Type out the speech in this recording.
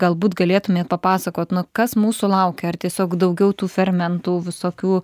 galbūt galėtumėt papasakot kas mūsų laukia ar tiesiog daugiau tų fermentų visokių